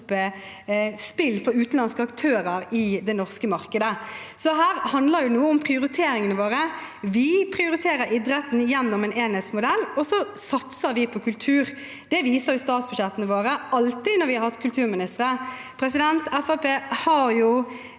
spill for utenlandske aktører i det norske markedet. Så her handler det noe om prioriteringene våre. Vi prioriterer idretten gjennom en enhetsmodell, og vi satser på kultur. Det viser statsbudsjettene våre alltid når vi har hatt kulturministeren. Fremskrittspartiet har så